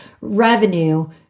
revenue